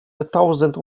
thousands